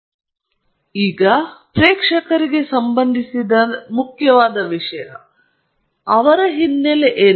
ಆದ್ದರಿಂದ ಪ್ರೇಕ್ಷಕರಿಗೆ ಸಂಬಂಧಿಸಿದಂತೆ ಮುಖ್ಯವಾದ ವಿಷಯವೆಂದರೆ ಅವರ ಹಿನ್ನೆಲೆ ಏನು